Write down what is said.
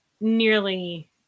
nearly